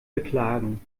beklagen